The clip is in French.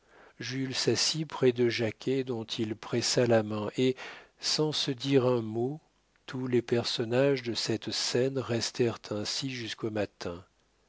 jules s'assit près de jacquet dont il pressa la main et sans se dire un mot tous les personnages de cette scène restèrent ainsi jusqu'au matin